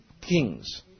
kings